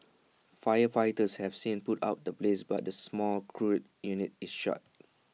firefighters have since put out the blaze but the small crude unit is shut